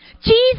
Jesus